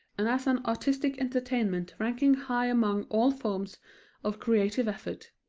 and as an artistic entertainment ranking high among all forms of creative effort.